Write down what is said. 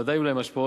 ודאי יהיו לו השפעות.